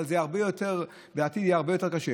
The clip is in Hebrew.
אבל בעתיד זה יהיה הרבה יותר קשה,